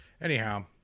Anyhow